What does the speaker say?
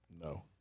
No